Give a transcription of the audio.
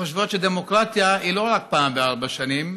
שחושבות שדמוקרטיה היא לא רק פעם בארבע שנים,